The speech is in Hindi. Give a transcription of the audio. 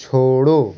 छोड़ो